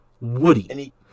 Woody